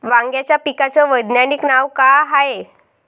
वांग्याच्या पिकाचं वैज्ञानिक नाव का हाये?